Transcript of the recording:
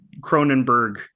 Cronenberg